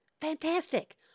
fantastic